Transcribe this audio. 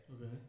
Okay